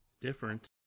different